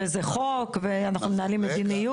אנחנו מנהלים מדיניות.